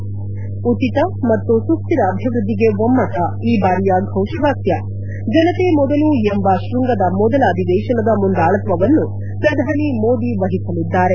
ಉಚಿತ ಮತ್ತು ಸುಕ್ಕಿರ ಅಭಿವೃದ್ಧಿಗೆ ಒಮ್ದತ ಈ ಬಾರಿಯ ಘೋಷ ವಾಕ್ಕ ಜನತೆ ಮೊದಲು ಎಂಬ ಶೃಂಗದ ಮೊದಲ ಅಧಿವೇಶನದ ಮುಂದಾಳಾತ್ವವನ್ನು ಪ್ರಧಾನಿ ಮೋದಿ ವಹಿಸಲಿದ್ದಾರೆ